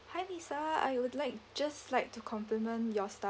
hi lisa I would like just like to complement your staff